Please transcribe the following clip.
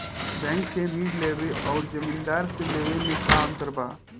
Bank से ऋण लेवे अउर जमींदार से लेवे मे का अंतर बा?